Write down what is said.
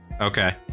Okay